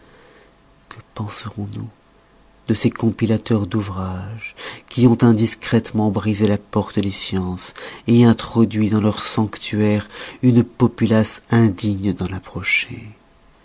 que penserons-nous de ces compilateurs d'ouvrages qui ont indiscrètement brisé la porte des sciences introduit dans leur sanctuaire une populace indigne d'en